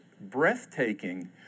breathtaking